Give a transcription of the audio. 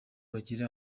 bagire